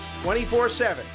24-7